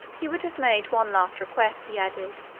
he would have made one last request, he added,